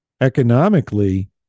Economically